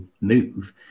move